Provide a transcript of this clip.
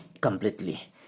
Completely